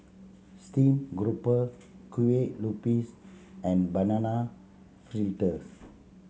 steamed garoupa Kueh Lupis and Banana Fritters